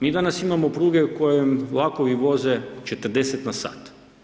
Mi danas imamo pruge u kojem vlakovi voze 40na sat.